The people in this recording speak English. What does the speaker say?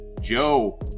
Joe